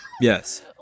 Yes